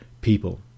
people